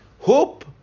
Hope